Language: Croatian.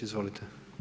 Izvolite.